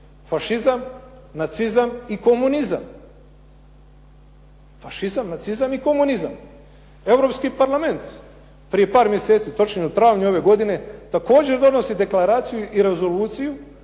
zločinački režimi fašizam, nacizam i komunizam. Europski parlament prije par mjeseci, točnije u travnju ove godine, također donosi deklaraciju i rezoluciju